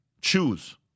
choose